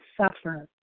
suffer